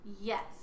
Yes